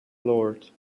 lord